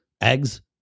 eggs